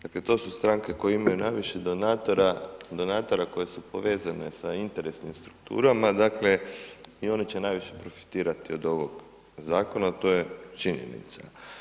Dakle, to su stranke koje imaju najviše donatora, donatora koji su povezane sa interesnim strukturama, dakle i oni će najviše profitirati od ovog zakona, a to je činjenica.